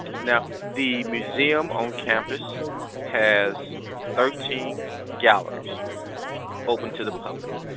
now the museum on campus has thirteen galleries open to the public,